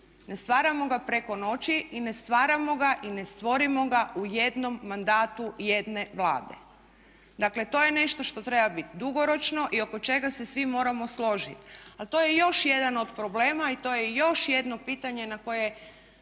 Ne stvaramo ga preko noći i ne stvaramo ga i ne stvorimo ga u jednom mandatu jedne Vlade. Dakle, to je nešto što treba biti dugoročno i oko čega se svi moramo složiti. Ali to je još jedan od problema i to je još jedno pitanje na koje